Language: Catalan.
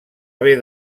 haver